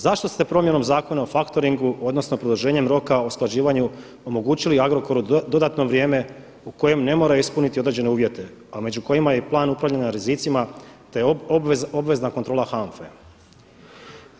Zašto ste promjenom Zakona o faktoringu odnosno produženjem roka o usklađivanju omogućili Agrokoru dodatno vrijeme u kojem ne mora ispuniti određene uvjete, a među kojima je i plan upravljanja rizicima, te obvezna kontrola HANFA-e?